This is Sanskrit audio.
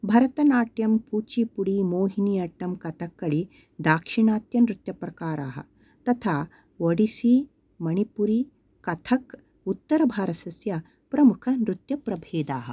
भरतनाट्यं कुचिपुडि मोहिनि अट्टं कथक्कलि दाक्षिणात्यं नृत्यप्रकाराः तथा ओडिस्सि मणिपुरि कथक् उत्तरभारतस्य प्रमुखनृत्यप्रभेदाः